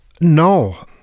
No